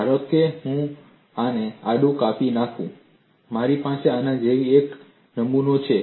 ધારો કે મેં આને આડું કાપી નાખ્યું છે મારી પાસે આના જેવો જ એક નમૂનો છે